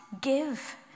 give